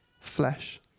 flesh